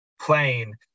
playing